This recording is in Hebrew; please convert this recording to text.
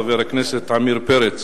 חבר הכנסת עמיר פרץ.